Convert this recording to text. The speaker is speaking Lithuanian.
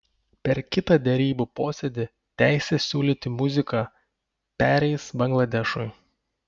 per kitą derybų posėdį teisė siūlyti muziką pereis bangladešui